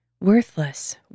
Worthless